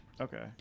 Okay